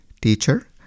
teacher